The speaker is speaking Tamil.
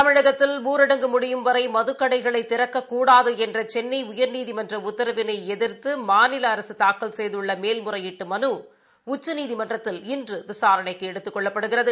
தமிழகத்தில் ஊரடங்கு முடியும் வரைமதுக்கடைகளைதிறக்கக்கூடாதுஎன்றசென்னைஉயா்நீதிமன்றஉத்தரவினைஎதிா்த்துமாநிலஅரசுதாக்கல் செய்துள்ளமேல் முறையீட்டுமலுஉச்சநீதிமன்றத்தில் இன்றுவிசாரணைக்குஎடுத்துக் கொள்ளப்படுகிறது